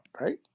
right